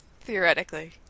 Theoretically